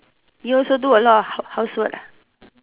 you also do a lot of house housework ah